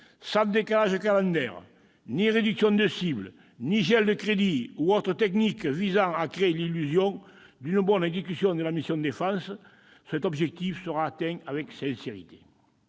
sans décalage calendaire ni réduction de cibles ni gel de crédits ou autres techniques visant à créer l'illusion d'une bonne exécution de la mission « Défense », cet objectif sera atteint avec sincérité.